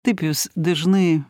taip jūs dažnai